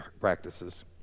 practices